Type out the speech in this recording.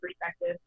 perspective